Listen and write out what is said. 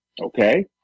Okay